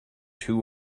too